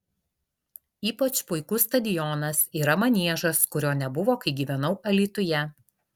ypač puikus stadionas yra maniežas kurio nebuvo kai gyvenau alytuje